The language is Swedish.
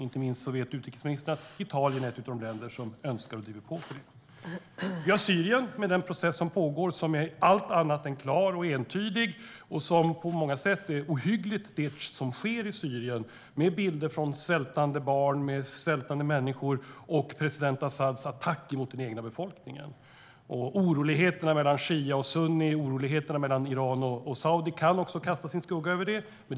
Inte minst utrikesministern vet att Italien är ett av de länder som driver på i den frågan. Där finns vidare Syrien. Den process som pågår där är allt annat än klar och entydig. Det som sker är ohyggligt, med bilder av svältande barn och människor samt vidare president Asads attacker mot den egna befolkningen. Oroligheterna mellan shia och sunni samt oroligheterna mellan Iran och Saudi kan också kasta sin skugga över det hela.